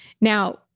Now